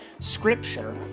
scripture